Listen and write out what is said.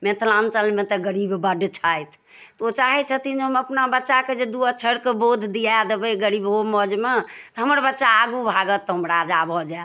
मिथिलाञ्चलमे तऽ गरीब बड्ड छथि तऽ ओ चाहै छथिन जे हम अपना बच्चाके जे दू अक्षरके बोध दिआ देबै गरीबहो मौजमे तऽ हमर बच्चा आगू भागत तऽ हम राजा भऽ जायब